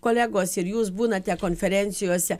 kolegos ir jūs būnate konferencijose